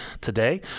today